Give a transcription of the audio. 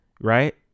right